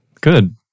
Good